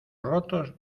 rotos